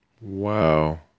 Wow